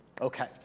Okay